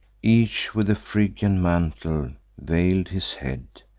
each with a phrygian mantle veil'd his head,